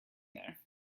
there